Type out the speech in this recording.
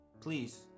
please